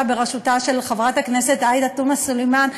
בראשותה של חברת הכנסת עאידה תומא סלימאן,